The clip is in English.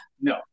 No